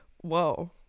whoa